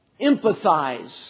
empathize